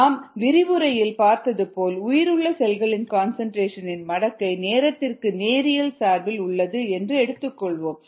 நாம் விரிவுரையில் பார்த்தது போல உயிருள்ள செல்களின் கான்சன்ட்ரேசன் இன் மடக்கை நேரத்திற்கு நேரியல் சார்பில் உள்ளது என்று எடுத்துக்கொள்வோம்